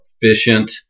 efficient